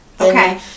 Okay